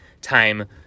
time